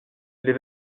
les